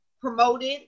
promoted